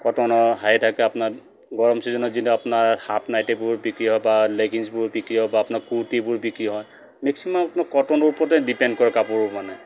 কটনৰ হেৰি থাকে আপোনাৰ গৰম চিজনত যিটো আপোনাৰ হাফ নাইটিবোৰ বিক্ৰী হয় বা লেগিংছবোৰ বিক্ৰী হয় বা আপোনাৰ কুৰ্তিবোৰ বিক্ৰী হয় মেক্সিমাম আপোনাৰ কটনৰ ওপৰতে ডিপেণ্ড কৰে কাপোৰো মানে